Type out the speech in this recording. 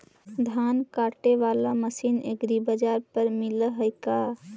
धान काटे बाला मशीन एग्रीबाजार पर मिल है का?